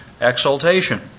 exaltation